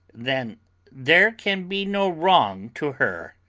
then there can be no wrong to her.